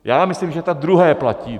Já myslím, že to druhé platí.